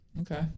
Okay